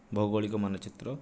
ଭୌଗଳିକ ମାନଚିତ୍ର